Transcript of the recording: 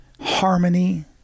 Harmony